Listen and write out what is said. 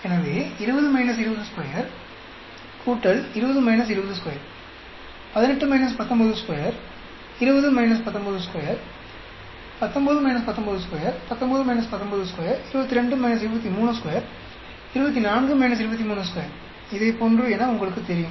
எனவே 20 202 20 202 18 192 20 192 19 192 19 192 22 232 24 232 இதைபோன்று என உங்களுக்குத் தெரியும்